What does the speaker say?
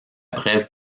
brève